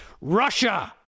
Russia